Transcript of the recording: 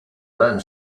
learn